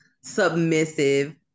submissive